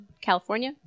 California